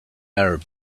arab